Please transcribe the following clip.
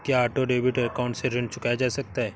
क्या auto debit account से ऋण चुकाया जा सकता है?